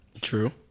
True